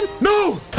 No